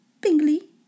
Bingley